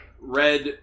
Red